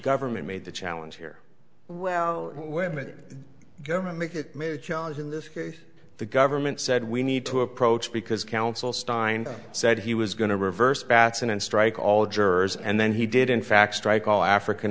government made the challenge here well when the government make it made a challenge in this case the government said we need to approach because counsel stein said he was going to reverse batson and strike all jurors and then he did in fact strike all african